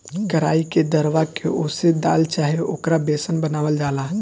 कराई के दरवा के ओसे दाल चाहे ओकर बेसन बनावल जाला